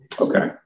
Okay